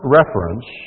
reference